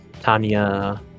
Tanya